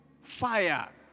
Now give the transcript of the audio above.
fire